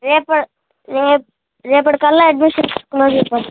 రేపు రేపు రేపటికల్లా అడ్మిషన్స్ క్లోజ్ అయిపోతాయి సార్